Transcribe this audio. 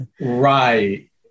Right